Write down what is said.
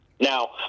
Now